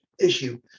issue